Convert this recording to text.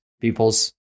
people's